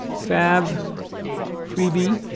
fab freebie